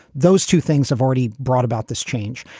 those two things have already brought about this change.